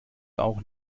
auch